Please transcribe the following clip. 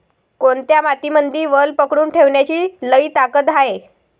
कोनत्या मातीमंदी वल पकडून ठेवण्याची लई ताकद हाये?